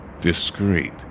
Discreet